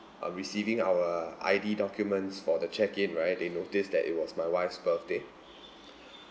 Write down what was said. uh receiving our I D documents for the check in right they noticed that it was my wife's birthday